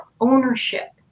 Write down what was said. ownership